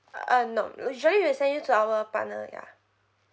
uh no usually we'll send you to our partner ya